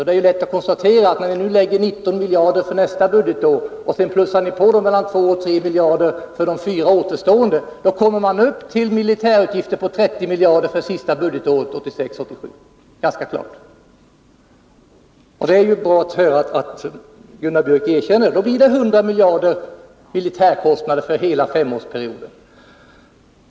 Det är lätt att konstatera, att när ni nu avsätter 19 miljarder för nästa budgetår och plussar på 2-3 miljarder för de fyra återstående budgetåren, så kommer man upp i militärutgifter på 30 miljarder för det sista budgetåret 1986/87. Det är bra att Gunnar Björk erkänner det. Då blir det 100 miljarder i militärkostnader för hela femårsperioden.